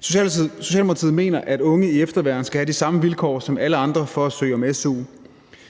Socialdemokratiet mener, at unge i efterværn skal have de samme vilkår som alle andre for at søge om su.